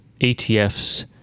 ETFs